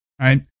right